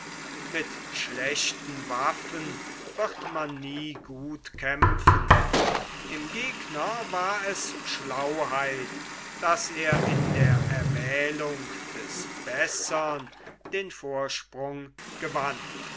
mit schlechten waffen wird man nie gut kämpfen im gegner war es schlauheit daß er in der erwählung des bessern den vorsprung gewann